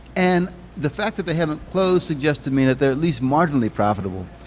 and the fact that they haven't closed suggests to me that they're at least marginally profitable.